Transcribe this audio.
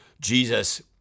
Jesus